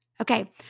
Okay